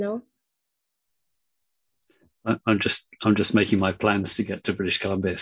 no i'm just i'm just making my plans to get to british columbia